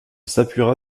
s’appuiera